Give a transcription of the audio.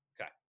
Okay